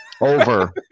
over